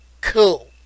Cool